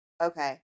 Okay